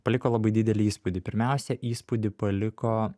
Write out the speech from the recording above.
paliko labai didelį įspūdį pirmiausia įspūdį paliko